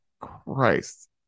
christ